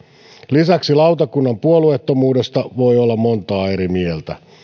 lisäksi lautakunnan puolueettomuudesta voi olla montaa eri mieltä